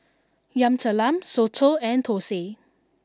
Yam Talam Soto And Thosai